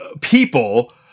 People